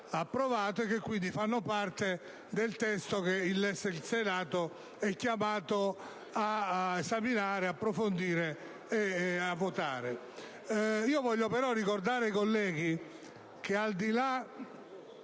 e che fanno parte del testo che il Senato è chiamato ad esaminare, approfondire e votare. Vorrei però ricordare ai colleghi che, al di là